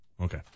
Okay